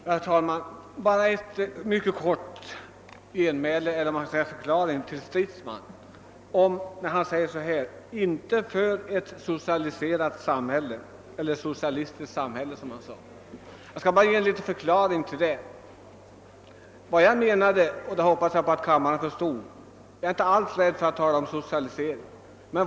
Herr talman! Bara en mycket kort förklaring till herr Stridsman, som sade att centern inte är för ett socialistiskt samhälle. Jag är inte alls rädd för att tala om socialisering.